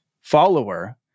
follower